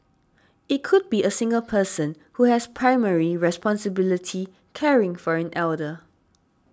it could be a single person who has primary responsibility caring for an elder